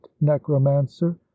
necromancer